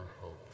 hope